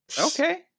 Okay